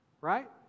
Right